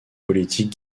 politique